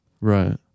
Right